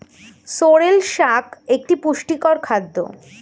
sorrel শাক একটি পুষ্টিকর খাদ্য